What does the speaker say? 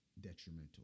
detrimental